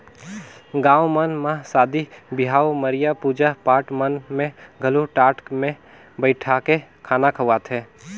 गाँव मन म सादी बिहाव, मरिया, पूजा पाठ मन में घलो टाट मे बइठाके खाना खवाथे